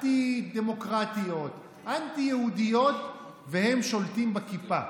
אנטי-דמוקרטיות, אנטי-יהודיות, והם שולטים בכיפה.